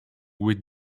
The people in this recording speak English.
with